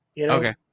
Okay